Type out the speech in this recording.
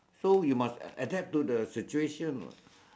so you must adapt to the situation